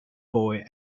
boy